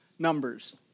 Numbers